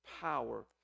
power